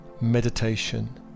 meditation